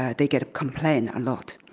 they get complaints a lot.